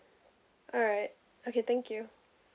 alright okay thank you